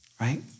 right